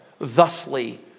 thusly